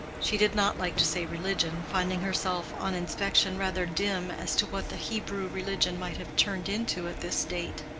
she did not like to say religion finding herself on inspection rather dim as to what the hebrew religion might have turned into at this date.